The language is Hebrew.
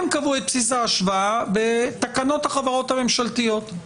הם קבעו את בסיס ההשוואה בתקנות החברות הממשלתיות.